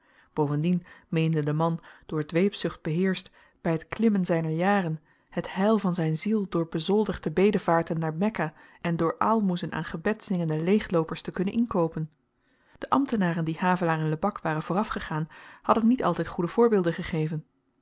bovendien meende de man door dweepzucht beheerscht by t klimmen zyner jaren het heil van zyn ziel voor bezoldigde bedevaarten naar mekka en voor aalmoezen aan gebedzingende leegloopers te kunnen inkoopen de ambtenaren die havelaar in lebak waren voorafgegaan hadden niet altyd goede voorbeelden gegeven